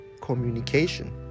communication